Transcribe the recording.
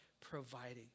providing